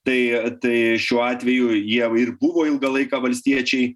tai tai šiuo atveju jie ir buvo ilgą laiką valstiečiai